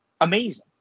amazing